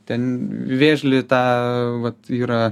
ten vėžlį tą vat yra